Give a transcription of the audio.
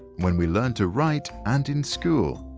when we learn to write, and in school.